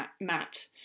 Matt